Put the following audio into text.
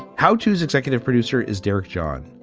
how tos executive producer is derek john.